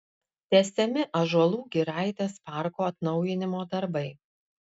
tęsiami ąžuolų giraitės parko atnaujinimo darbai